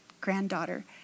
granddaughter